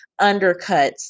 undercuts